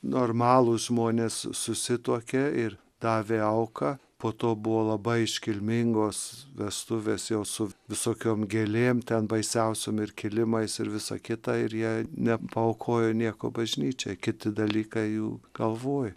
normalūs žmonės susituokė ir davė auką po to buvo labai iškilmingos vestuvės jau su visokiom gėlėm ten baisiausiom ir kilimais ir visa kita ir jie nepaaukojo nieko bažnyčiai kiti dalykai jų galvoj